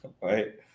right